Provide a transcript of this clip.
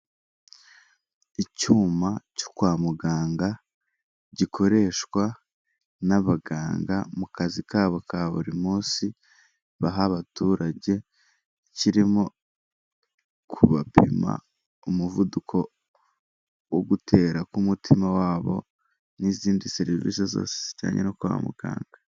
Icyuma cyo kwa muganga gikoreshwa n'abaganga mu kazi kabo ka buri munsi, baha abaturage kirimo kubapima umuvuduko wo gutera k'umutima wabo n'izindi serivisi zose zijyanye no kwa muganga.